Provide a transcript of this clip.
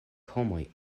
homoj